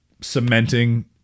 cementing